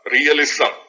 Realism